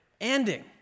ending